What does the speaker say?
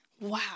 Wow